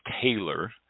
Taylor